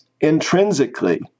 intrinsically